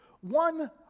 one